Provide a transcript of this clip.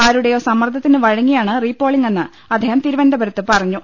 ആരുടെയോ സമ്മർദ്ദത്തിന് വഴങ്ങിയാണ് റീപോളിങ്ങെന്ന് അദ്ദേഹം തിരുവനന്തപുരത്ത് പറഞ്ഞു